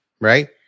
right